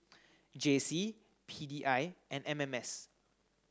J C P D I and M M S